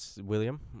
William